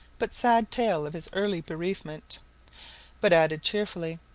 but sad tale of his early bereavement but added, cheerfully,